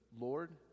Lord